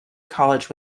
college